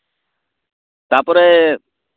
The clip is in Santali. ᱛᱟᱯᱚᱨᱮ